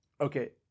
okay